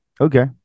okay